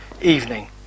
evening